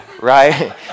right